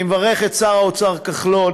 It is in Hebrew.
אני מברך את שר האוצר כחלון